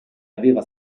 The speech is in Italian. aveva